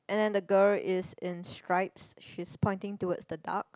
and then the girl is in stripes she's pointing towards the dark